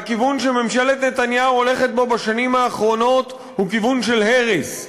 והכיוון שממשלת נתניהו הולכת בו בשנים האחרונות הוא כיוון של הרס,